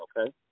okay